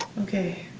okay,